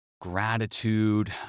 gratitude